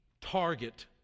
target